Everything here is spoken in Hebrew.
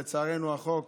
ולצערנו החוק